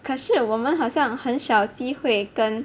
可是我们好像很少机会跟